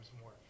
more